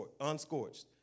unscorched